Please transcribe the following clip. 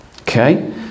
Okay